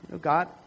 God